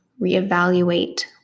reevaluate